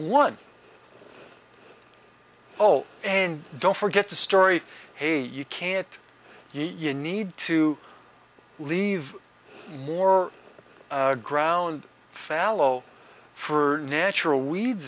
one oh and don't forget the story hey you can't you need to leave more ground fallow for natural weeds